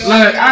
Look